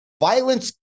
Violence